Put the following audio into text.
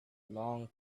long